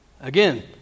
Again